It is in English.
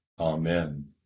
Amen